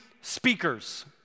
speakers